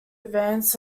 advance